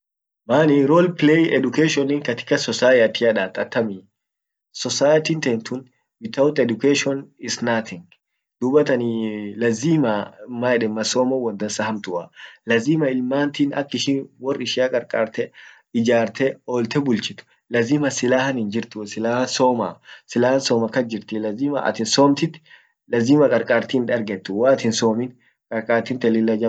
mani role play educationin katika societia dat atamii, society ten tun without education is nothing dubattani lazima maeden masomon won dansa hamtuah, lazima ilmantin akishin worishia qarqarteh, ijarte, olteh bulchituh, lazima silahan hinjirtu silahan soma, silahan soma kas jirti lazima atin somtin, lazima qarqartin hindargetuu, waatin hinsomin qarqartinte lilla jabdua.